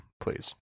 please